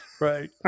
Right